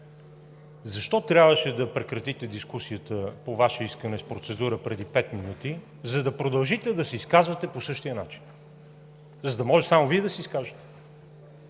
защо трябваше да прекратите дискусията по Ваше искане с процедура преди 5 минути, за да продължите да се изказвате по същия начин? За да може само Вие да се изкажете!?